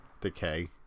decay